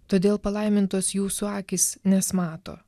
todėl palaimintos jūsų akys nes mato